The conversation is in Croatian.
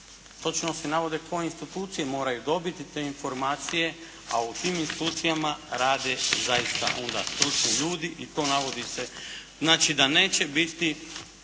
Točno se navode koje institucije moraju dobiti te informacije, a u tim institucijama rade zaista onda stručni ljudi i to navodi se. Znači, da neće biti